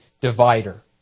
divider